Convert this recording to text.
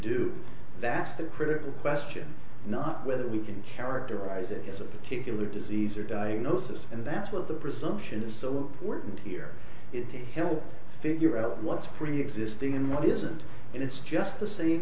do that's the critical question not whether we can characterize it as a particular disease or diagnosis and that's what the presumption is so important here is to help figure out what's preexisting and what isn't and it's just the same